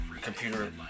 computer